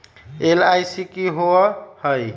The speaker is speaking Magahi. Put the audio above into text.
एल.आई.सी की होअ हई?